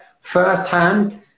firsthand